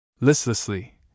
Listlessly